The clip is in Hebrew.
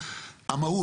המהות,